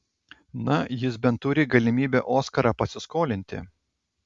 na jis bent turi galimybę oskarą pasiskolinti